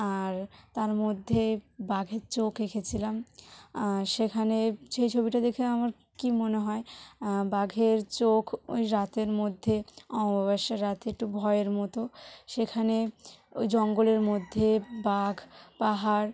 আর তার মধ্যে বাঘের চোখ এঁকেছিলাম সেখানে সেই ছবিটা দেখে আমার কী মনে হয় বাঘের চোখ ওই রাতের মধ্যে অমাবস্যার রাত একটু ভয়ের মতো সেখানে ওই জঙ্গলের মধ্যে বাঘ পাহাড়